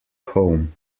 home